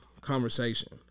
conversation